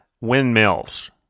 windmills